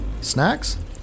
Snacks